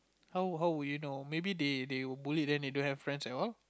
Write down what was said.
how how would you know maybe they they were bullied then they don't have friends at all